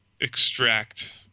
extract